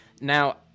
Now